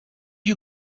you